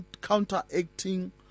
counteracting